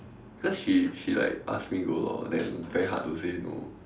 because she she like ask me go lor then very hard to say no